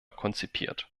konzipiert